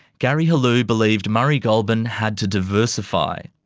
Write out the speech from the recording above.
gary helou believed murray goulburn had to diversify.